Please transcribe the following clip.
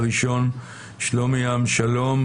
הראשון הוא שלומי עם שלום,